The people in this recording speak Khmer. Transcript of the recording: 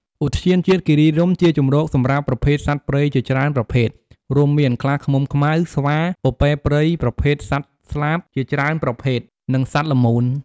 ឧទ្យានជាតិគិរីរម្យជាជម្រកសម្រាប់ប្រភេទសត្វព្រៃជាច្រើនប្រភេទ រួមមាន ខ្លាឃ្មុំខ្មៅ ស្វា ពពែព្រៃប្រភេទសត្វស្លាបជាច្រើនប្រភេទ និងសត្វល្មូន។